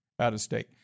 out-of-state